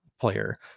player